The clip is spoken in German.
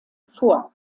vor